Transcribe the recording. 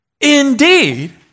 Indeed